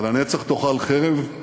הלנצח תאכל חרב?